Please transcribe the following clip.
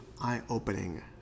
eye-opening